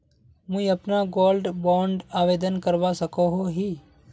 मुई अपना gold bond आवेदन करवा सकोहो ही?